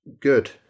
good